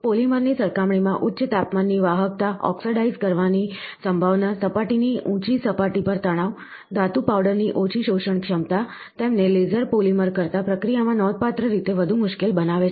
પોલિમરની સરખામણીમાં ઉચ્ચ તાપમાનની વાહકતા ઓક્સિડાઇઝ કરવાની સંભાવના સપાટીની ઊંચી સપાટી પર તણાવ ધાતુ પાવડરની ઓછી શોષણ ક્ષમતા તેમને પોલિમર કરતાં પ્રક્રિયામાં નોંધપાત્ર રીતે વધુ મુશ્કેલ બનાવે છે